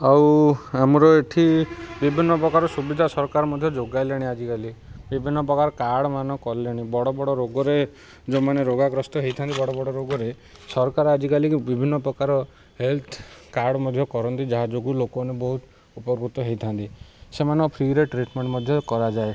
ଆଉ ଆମର ଏଠି ବିଭିନ୍ନ ପ୍ରକାର ସୁବିଧା ସରକାର ମଧ୍ୟ ଯୋଗାଇଲେଣି ଆଜିକାଲି ବିଭିନ୍ନ ପ୍ରକାର କାର୍ଡ଼ମାନ କଲେଣି ବଡ଼ ବଡ଼ ରୋଗରେ ଯେଉଁମାନେ ରୋଗାଗ୍ରସ୍ତ ହୋଇଥାନ୍ତି ବଡ଼ ବଡ଼ ରୋଗରେ ସରକାର ଆଜିକା ବିଭିନ୍ନ ପ୍ରକାର ହେଲ୍ଥ କାର୍ଡ଼ ମଧ୍ୟ କରନ୍ତି ଯାହା ଯୋଗୁଁ ଲୋକମାନେ ବହୁତ ଉପକୃତ ହେଇଥାନ୍ତି ସେମାନେ ଫ୍ରିରେ ଟ୍ରିଟମେଣ୍ଟ ମଧ୍ୟ କରାଯାଏ